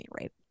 Right